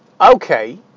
Okay